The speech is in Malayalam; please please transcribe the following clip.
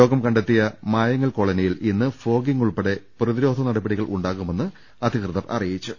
രോഗം കണ്ടെത്തിയ മായങ്ങൽ കോളനിയിൽ ഇന്ന് ഫോഗിംഗ് ഉൾപ്പെടെ പ്രതിരോധ നടപടികൾ ഉണ്ടാകുമെന്ന് അധികൃതർ അറി യിച്ചു